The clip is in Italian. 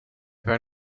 per